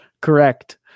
correct